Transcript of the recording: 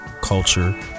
culture